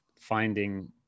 finding